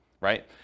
right